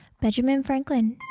benjamin franklin